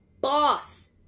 boss